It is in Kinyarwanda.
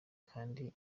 kandi